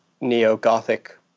neo-gothic